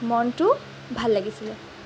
মনটো ভাল লাগিছিলে